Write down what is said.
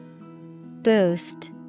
Boost